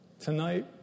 Tonight